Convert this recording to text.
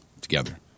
together